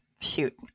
shoot